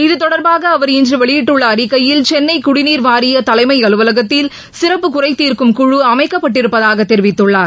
இதுதொடர்பாக அவர் இன்று வெளியிட்டுள்ள அறிக்கையில் சென்னை குடிநீர் வாரிய தலைமை அலுவலகத்தில் சிறப்பு குறை தீர்க்கும் குழு அமைக்கப்பட்டிருப்பதாக தெரிவித்துள்ளார்